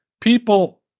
people